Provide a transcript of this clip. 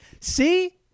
see